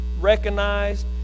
recognized